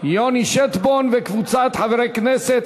יוני שטבון וקבוצת חברי הכנסת.